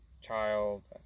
child